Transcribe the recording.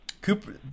Cooper